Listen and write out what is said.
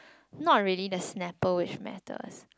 not really the snapple which matters